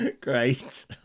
great